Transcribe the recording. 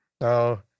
Now